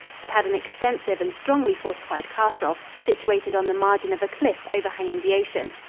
it had an extensive and strongly fortified castle, situated on the margin of a cliff overhanging the ocean,